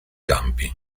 campi